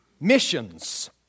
Missions